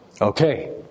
Okay